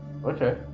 Okay